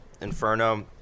Inferno